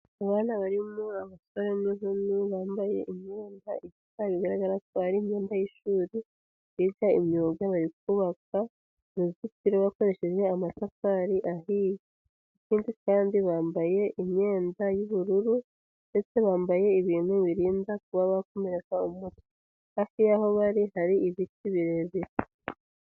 Abana barimo abasore n'inkumi bambaye imyenda ifite ibara, bigaragara ko ari imyenda y'ishuri, biga imyuga. Bari kubaka uruzitiro bakoresheje amatafari ahiye. Ikindi kandi, bambaye imyenda y'ubururu, ndetse bambaye ibintu birinda kuba bakomereka mu mutwe. Hafi y'aho bari, hari ibiti birebire.